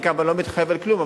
אני כרגע לא מתחייב על כלום,